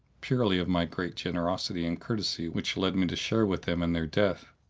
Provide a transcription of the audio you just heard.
purely of my great generosity and courtesy which led me to share with them in their death.